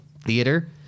theater